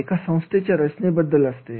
हे एका संस्थेच्या रचनेबद्दलसुद्धा असते